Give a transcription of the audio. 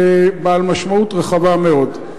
בעל משמעות רחבה מאוד.